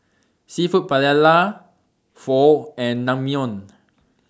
Seafood Paella Pho and Naengmyeon